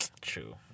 True